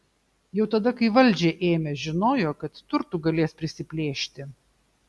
jau tada kai valdžią ėmė žinojo kad turtų galės prisiplėšti